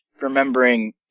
remembering